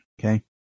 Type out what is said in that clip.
okay